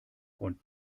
und